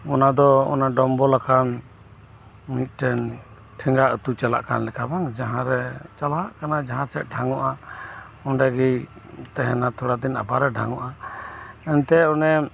ᱚᱱᱟᱫᱚ ᱚᱱᱟ ᱰᱚᱢᱵᱚᱞ ᱟᱠᱟᱱ ᱢᱤᱫᱴᱮᱱ ᱴᱷᱮᱸᱜᱟ ᱟᱹᱛᱩ ᱪᱟᱞᱟᱜ ᱠᱟᱱ ᱞᱮᱠᱟᱵᱩᱱ ᱡᱟᱦᱟᱸᱨᱮ ᱪᱟᱞᱟᱜ ᱠᱟᱱᱟ ᱡᱟᱦᱟᱸᱴᱷᱮᱡ ᱰᱷᱟᱸᱜᱚᱜᱼᱟ ᱚᱸᱰᱮᱜᱤ ᱛᱟᱦᱮᱱᱟ ᱛᱟᱦᱮᱱᱟ ᱛᱷᱚᱲᱟᱫᱤᱱ ᱟᱵᱟᱨᱮ ᱰᱷᱟᱸᱜᱚᱜᱼᱟ ᱮᱱᱛᱮ ᱚᱱᱮ